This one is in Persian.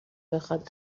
بخواد